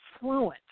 fluent